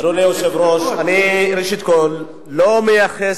אדוני היושב-ראש, אני, ראשית כול, לא מייחס